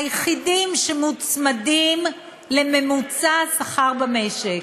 היחידים המוצמדים לשכר הממוצע במשק.